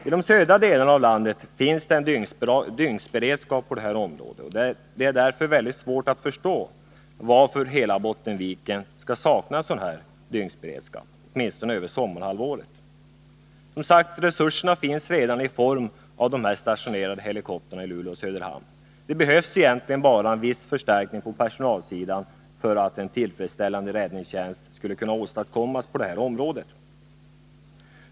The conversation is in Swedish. I de södra delarna av landet finns en dygnsberedskap på detta område, och det är därför väldigt svårt att förstå varför hela Bottenviken skall sakna dygnsberedskap, åtminstone över sommarhalvåret. Resurserna finns som sagt redan i form av de i Luleå och Söderhamn stationerade helikoptrarna. Det behövs egentligen bara en viss förstärkning på personalsidan för att en tillfredsställande räddningstjänst skall kunna åstadkommas på det här området.